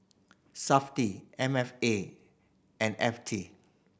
Safti M F A and F T